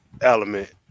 element